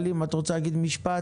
נציגת איילים, את רוצה להגיד משפט?